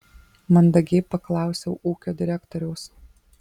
mandagiai paklausiau ūkio direktoriaus